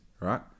right